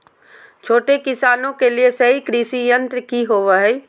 छोटे किसानों के लिए सही कृषि यंत्र कि होवय हैय?